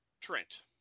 Trent